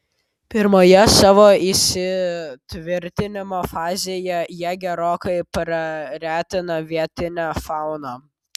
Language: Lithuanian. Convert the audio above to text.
pirmoje savo įsitvirtinimo fazėje jie gerokai praretina vietinę fauną